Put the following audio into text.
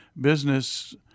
business